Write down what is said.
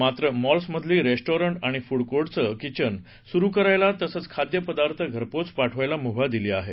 मात्र मॉल्समधली रेस्टॉरंट आणि फूड कोर्टचं किचन सुरू करायला तसंच खाद्यपदार्थ घरपोच पाठवायला मुभा दिली आहे